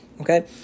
Okay